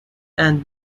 and